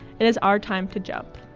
it is our time to jump.